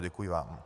Děkuji vám.